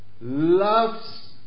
loves